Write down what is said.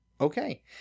Okay